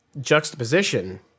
juxtaposition